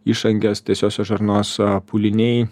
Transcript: išangės tiesiosios žarnos pūliniai